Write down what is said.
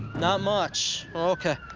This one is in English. not much? ok.